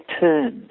turns